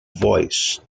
voice